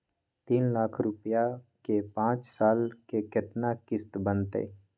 तीन लाख रुपया के पाँच साल के केतना किस्त बनतै?